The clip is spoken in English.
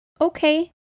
Okay